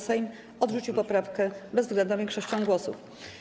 Sejm odrzucił poprawkę bezwzględną większością głosów.